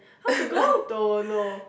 how to go don't know